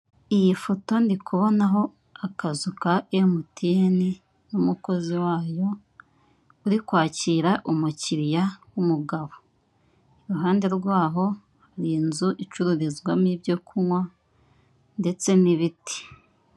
Iyi foto ndikubonaho akazu ka emutiyene, umukozi wayo uri kwakira umukiliya w'umugabo. Iruhande rwaho ni inzu icururizwamo ibyo kunywa ndetse n'ibiti.